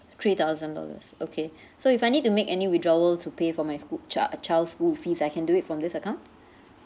three thousand dollars okay so if I need to make any withdrawal to pay for my school chi~ child school fees I can do it from this account